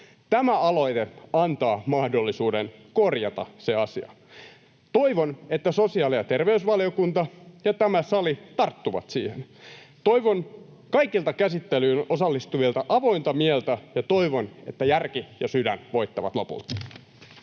Tämä aloite antaa mahdollisuuden korjata se asia. Toivon, että sosiaali- ja terveysvaliokunta ja tämä sali tarttuvat siihen. Toivon kaikilta käsittelyyn osallistuvilta avointa mieltä ja toivon, että järki ja sydän voittavat lopulta.